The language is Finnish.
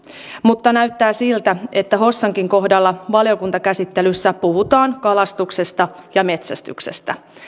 mutta näyttää siltä että hossankin kohdalla valiokuntakäsittelyssä puhutaan kalastuksesta ja metsästyksestä